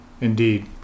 indeed